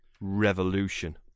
revolution